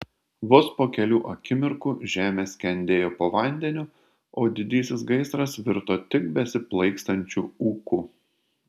vos po kelių akimirkų žemė skendėjo po vandeniu o didysis gaisras virto tik besiplaikstančiu ūku